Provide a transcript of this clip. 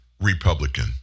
Republican